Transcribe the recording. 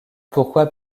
pourquoi